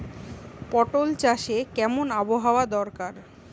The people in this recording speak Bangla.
পটল চাষে কেমন আবহাওয়া দরকার?